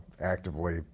actively